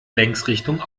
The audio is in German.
längsrichtung